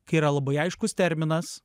kai yra labai aiškus terminas